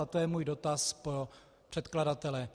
To je můj dotaz pro předkladatele.